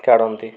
କାଢ଼ନ୍ତି